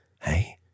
Hey